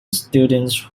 students